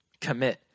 Commit